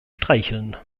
streicheln